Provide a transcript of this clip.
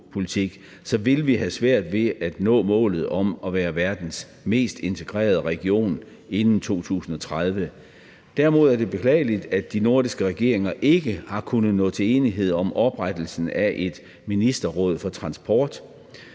vil vi have svært ved at nå målet om at være verdens mest integrerede region inden 2030. Derimod er det beklageligt, at de nordiske regeringer ikke har kunnet nå til enighed om oprettelsen af et ministerråd for transport.